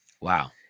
Wow